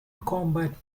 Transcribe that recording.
combat